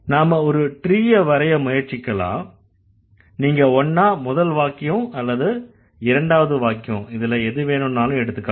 நாம ஒரு ட்ரீ யை வரைய முயற்சிக்கலாம் நீங்க ஒண்ணா முதல் வாக்கியம் அல்லது இரண்டாவது வாக்கியம் இதுல எது வேணும்னாலும் எடுத்துக்கங்க